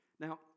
Now